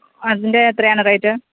അതിന്റെ എത്രയാണ് റേറ്റ്